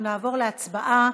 אנחנו נעבור להצבעה.